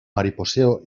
mariposeo